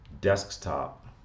desktop